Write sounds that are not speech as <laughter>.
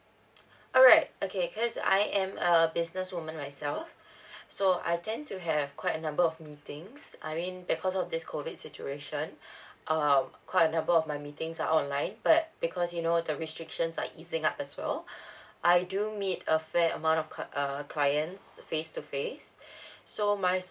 alright okay cause I am a business woman myself <breath> so I tend to have quite a number of meetings I mean because of this COVID situation <breath> err quite a number of my meetings are online but because you know the restrictions are easing up as well <breath> I do meet a fair amount of cla~ err clients face to face <breath> so my